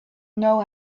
know